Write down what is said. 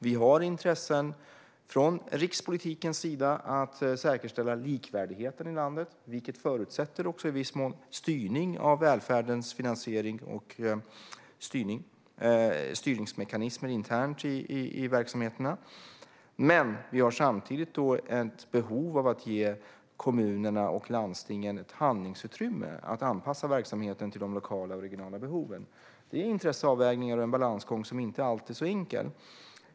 Vi har från rikspolitikens sida intresse av att säkerställa likvärdigheten i landet, vilket i viss mån förutsätter styrning av välfärdens finansiering och styrningsmekanismer internt i verksamheterna. Men vi har samtidigt ett intresse av att ge kommunerna och landstingen ett handlingsutrymme att anpassa verksamheten till de lokala och regionala behoven. Det är intresseavvägningar och en balansgång som inte alltid är så enkla.